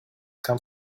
come